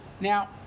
Now